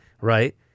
right